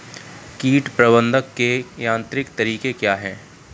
कीट प्रबंधक के यांत्रिक तरीके क्या हैं?